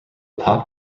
pop